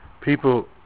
people